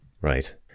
Right